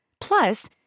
Plus